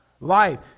Life